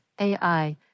AI